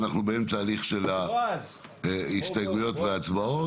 אנחנו באמצע ההליך של ההסתייגויות וההצבעות.